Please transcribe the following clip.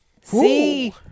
See